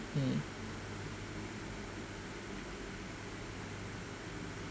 mm